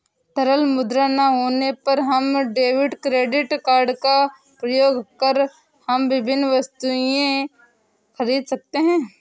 तरल मुद्रा ना होने पर हम डेबिट क्रेडिट कार्ड का प्रयोग कर हम विभिन्न वस्तुएँ खरीद सकते हैं